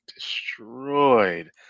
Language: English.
destroyed